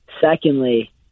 secondly